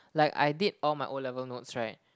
like I did all my O-level notes right